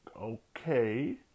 okay